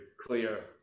clear